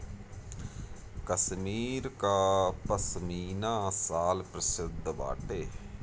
कश्मीर कअ पशमीना शाल प्रसिद्ध बाटे